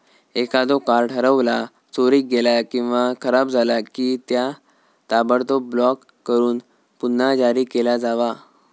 एखादो कार्ड हरवला, चोरीक गेला किंवा खराब झाला की, त्या ताबडतोब ब्लॉक करून पुन्हा जारी केला जावा